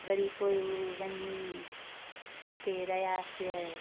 वरी पोइ उहे वञी हुते रहिया